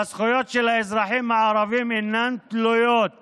והזכויות של האזרחים הערבים אינן תלויות